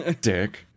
Dick